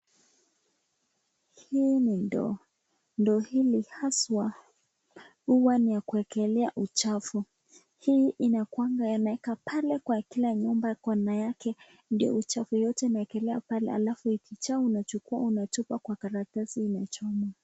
Hii ni ndoo. Ndoo hili haswa huwa ni ya kuwekelea uchafu. Hii inakuanga yaweka pale kwa kila nyumba corner yake ndio uchafu yote iwekelewa pale alafu ikijaa unachukua unatupa kwa karatasi inaachomo.